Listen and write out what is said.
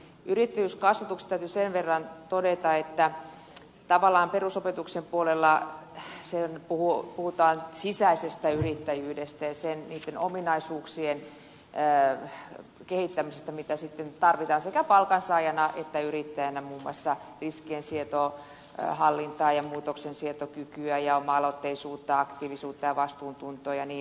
yrityskasvatuksesta täytyy sen verran todeta että tavallaan perusopetuksen puolella siinä puhutaan sisäisestä yrittäjyydestä ja sen niiden ominaisuuksien kehittämisestä mitä sitten tarvitaan sekä palkansaajana että yrittäjänä muun muassa riskien sietohallintaa ja muutoksen sietokykyä ja oma aloitteisuutta aktiivisuutta ja vastuuntuntoa ja niin edelleen